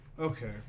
Okay